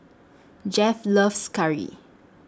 Jeff loves Curry